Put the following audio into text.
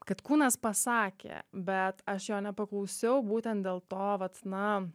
kad kūnas pasakė bet aš jo nepaklausiau būtent dėl to vat na